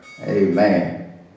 Amen